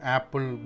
Apple